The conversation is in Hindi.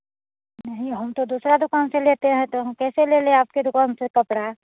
नहीं हम तो दूसरा दुकान से लेते हैं तो हम कैसे ले लें आपके दुकान से कपड़ा